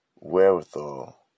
wherewithal